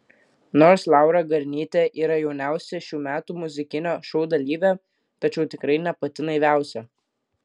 nors laura garnytė yra jauniausia šių metų muzikinio šou dalyvė tačiau tikrai ne pati naiviausia